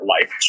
life